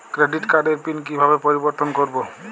Credit কার্ডের pin কিভাবে পরিবর্তন করবো?